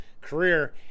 career